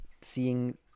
seeing